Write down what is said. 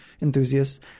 enthusiasts